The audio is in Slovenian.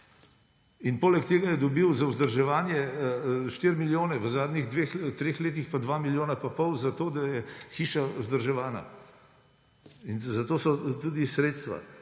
In poleg tega je dobil za vzdrževanje štiri milijone, v zadnjih dveh, treh letih pa dva milijona in pol za to, da je hiša vzdrževana. In za to so tudi sredstva.